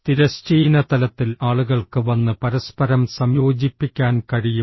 തിരശ്ചീന തലത്തിൽ ആളുകൾക്ക് വന്ന് പരസ്പരം സംയോജിപ്പിക്കാൻ കഴിയും